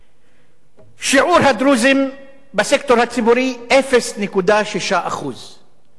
שיעור הדרוזים בסקטור הציבורי: 0.6%. כלומר,